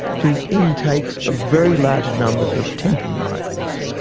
to intakes of very large numbers of temporary migrants.